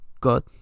God